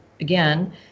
again